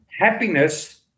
happiness